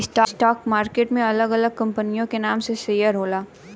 stock market में अलग अलग कंपनियन के नाम से शेयर होला